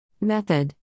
Method